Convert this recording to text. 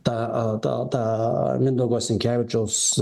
ta ta ta mindaugo sinkevičiaus